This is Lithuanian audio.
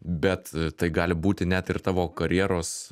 bet tai gali būti net ir tavo karjeros